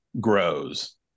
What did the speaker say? grows